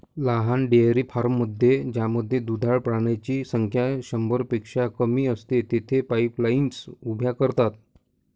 लहान डेअरी फार्ममध्ये ज्यामध्ये दुधाळ प्राण्यांची संख्या शंभरपेक्षा कमी असते, तेथे पाईपलाईन्स उभ्या करतात